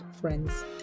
friends